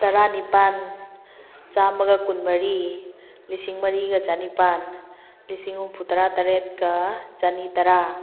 ꯇꯔꯥꯅꯤꯄꯥꯟ ꯆꯥꯝꯃꯒ ꯀꯨꯟꯃꯔꯤ ꯂꯤꯁꯤꯡ ꯃꯔꯤꯒ ꯆꯅꯤꯄꯥꯟ ꯂꯤꯁꯤꯡ ꯍꯨꯝꯐꯨ ꯇꯔꯥꯇꯔꯦꯠꯀ ꯆꯅꯤ ꯇꯔꯥ